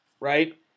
right –